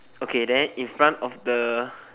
okay than in front of the